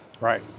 Right